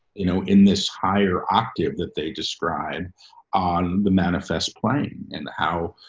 you know, in this higher octave that they describe on the manifest plane in the how,